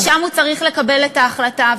ושם הוא צריך לקבל את ההחלטה.